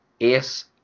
ace